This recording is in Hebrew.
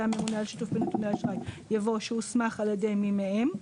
הממונה על שיתוף בנתוני אשראי" יבוא "שהוסמך על ידי מי מהם",